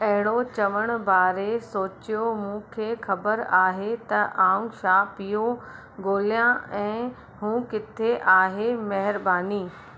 अहिड़ो चवण बारे सोचियो मूंखे ख़बर आहे त आऊं छा पियो ॻोल्हियां ऐं हू किथे आहे महिरबानी